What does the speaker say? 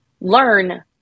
learn